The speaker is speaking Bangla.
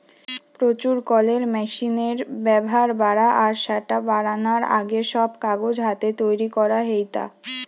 প্রচুর কলের মেশিনের ব্যাভার বাড়া আর স্যাটা বারানার আগে, সব কাগজ হাতে তৈরি করা হেইতা